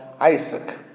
Isaac